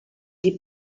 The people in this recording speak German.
die